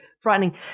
frightening